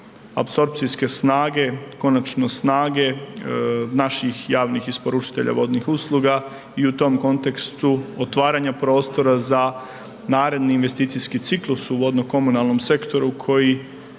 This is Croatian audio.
apsorpcijske snage, konačno snage naših javnih isporučitelja vodnih usluga i u to kontekstu otvaranja prostora za naredni investicijski ciklus u vodno-komunalnom sektoru koji